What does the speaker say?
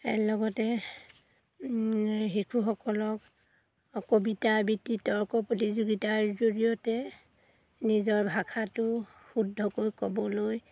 ইয়াৰ লগতে শিশুসকলক কবিতা আবৃতি তৰ্ক প্ৰতিযোগিতাৰ জৰিয়তে নিজৰ ভাষাটো শুদ্ধকৈ ক'বলৈ